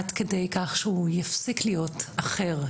עד כדי כך שהוא יפסיק להיות אחר,